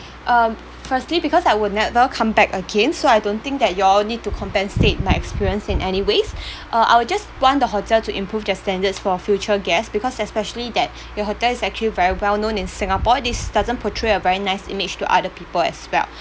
um firstly because I would never come back again so I don't think that you all need to compensate my experience in any ways uh I'll just want the hotel to improve their standards for future guest because especially that your hotel is actually very well known in singapore this doesn't portray a very nice image to other people as well